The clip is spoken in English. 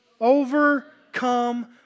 overcome